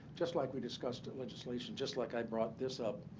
just like we discussed at legislation, just like i brought this up.